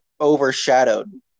overshadowed